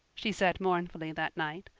she said mournfully that night.